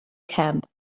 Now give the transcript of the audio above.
camp